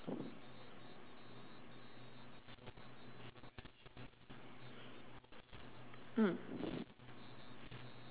mm